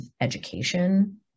education